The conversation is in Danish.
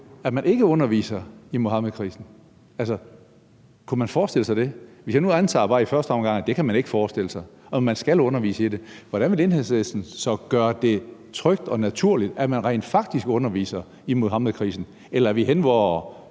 at man ikke underviser i Muhammedkrisen? Altså, kunne man forestille sig det? Hvis jeg nu bare i første omgang antager, at det kunne man ikke forestille sig, og man skal undervise i det, hvordan vil Enhedslisten så gøre det trygt og naturligt, at man rent faktisk underviser i Muhammedkrisen? Eller er vi derhenne, hvor